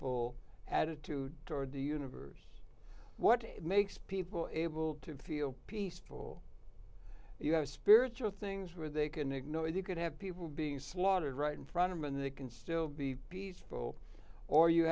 to toward the universe what makes people able to feel peaceful you have spiritual things where they can ignore you could have people being slaughtered right in front of them and they can still be peaceful or you